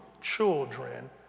children